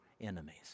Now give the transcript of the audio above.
enemies